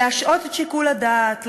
להשעות את שיקול הדעת,